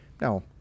now